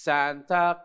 Santa